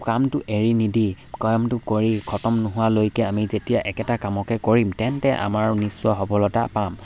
কামটো এৰি নিদি কামটো কৰি খটম নোহোৱালৈকে আমি যেতিয়া একেটা কামকে কৰিম তেন্তে আমাৰ নিশ্চয় সফলতা পাম